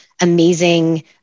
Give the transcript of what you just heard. amazing